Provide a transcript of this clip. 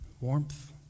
warmth